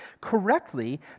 correctly